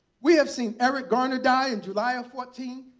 we have seen eric garner die in july of fourteen,